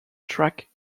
track